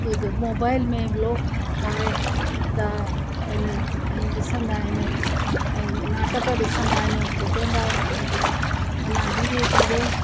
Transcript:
जीअं कुझु मोबाइल में व्लॉग ठाहे त इन ॾिसंदा आहिनि ऐं नाटक ॾिसंदा आहिनि ॿुधंदा आहिनि माना धीरे धीरे